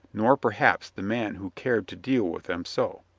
nor perhaps the man who cared to deal with them so.